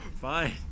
fine